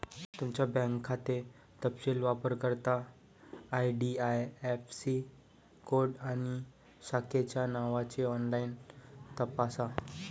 तुमचा बँक खाते तपशील वापरकर्ता आई.डी.आई.ऍफ़.सी कोड आणि शाखेच्या नावाने ऑनलाइन तपासा